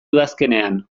udazkenean